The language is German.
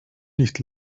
nicht